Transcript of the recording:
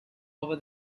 over